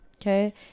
okay